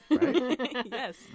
Yes